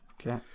Okay